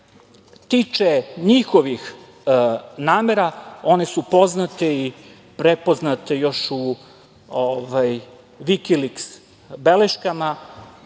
tiče njihovih namera one su poznate i prepoznate još u Vikiliks beleškama,